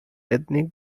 ethnic